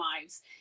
lives